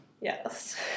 Yes